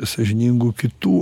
sąžiningu kitų